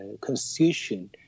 constitution